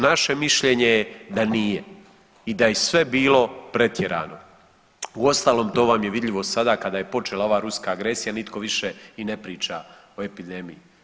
Naš, naše mišljenje je da nije i da je sve bilo pretjerano, uostalom to vam je vidljivo sada kada je počela ova ruska agresija nitko više i ne priča o epidemiji.